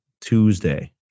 Tuesday